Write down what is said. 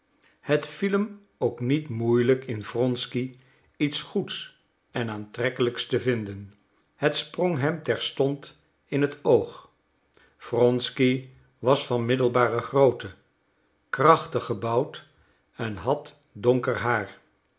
het viel hem ook niet moeilijk in wronsky iets goeds en aantrekkelijks te vinden het sprong hem terstond in het oog wronsky was van middelbare grootte krachtig gebouwd en had donker haar